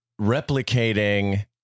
replicating